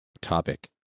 topic